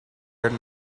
had